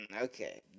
okay